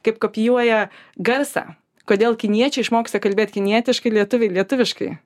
kaip kopijuoja garsą kodėl kiniečiai išmoksta kalbėt kinietiškai lietuviai lietuviškai